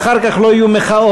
שאחר כך לא יהיו מחאות,